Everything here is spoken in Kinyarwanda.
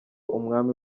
umwami